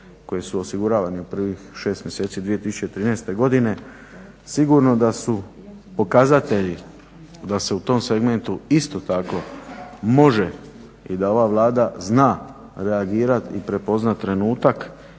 koji su osiguravani u prvih 6 mjeseci 2013. godine sigurno da su pokazatelji da se u tom segmentu isto tako može i da ova Vlada zna reagirati i prepoznati trenutak